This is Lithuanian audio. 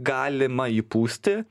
galima įpūsti